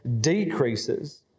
decreases